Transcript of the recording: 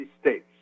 states